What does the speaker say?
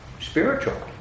spiritual